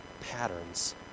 patterns